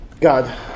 God